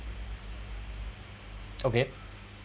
okay